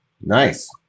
Nice